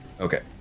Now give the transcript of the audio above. Okay